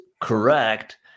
correct